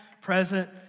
present